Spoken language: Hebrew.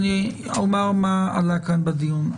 אני אומר מה עלה כאן בדיון.